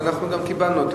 אבל אנחנו גם קיבלנו,